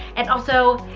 and also,